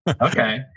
Okay